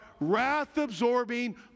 wrath-absorbing